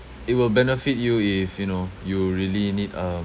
it will benefit you if you know you really need um